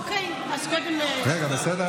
אוקיי, אז קודם, רגע, בסדר?